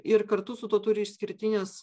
ir kartu su tuo turi išskirtines